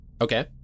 Okay